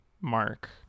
mark